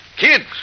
Kids